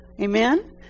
amen